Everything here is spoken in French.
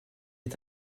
est